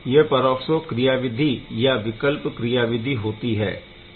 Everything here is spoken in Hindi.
यह परऑक्सो क्रियाविधि या विकल्प क्रियाविधि होती है